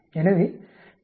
எனவே நீங்கள் 0